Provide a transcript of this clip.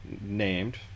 named